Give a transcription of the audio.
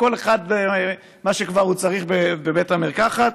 כל אחד מה שהוא כבר צריך בבית המרקחת.